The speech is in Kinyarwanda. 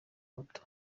bato